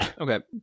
okay